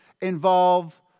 involve